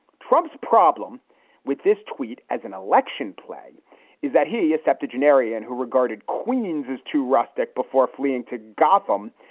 trump's problem with this tweet as an election play is that he accepted generation who regarded queens as too rustic before fleeing to gotham,